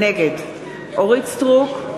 נגד אורית סטרוק,